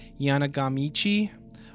Yanagamichi